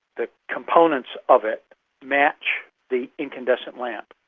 the components of it match the incandescent lamp.